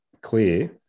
clear